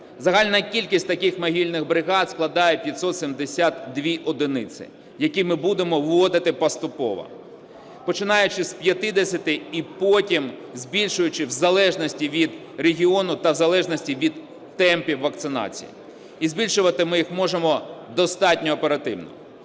Загальна кількість таких мобільних бригад складає 572 одиниці, які ми будемо вводити поступово, починаючи з 50-и і потім збільшуючи в залежності від регіону та в залежності від темпів вакцинації. І збільшувати ми їх можемо достатньо оперативно.